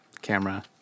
camera